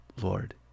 Lord